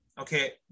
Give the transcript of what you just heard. okay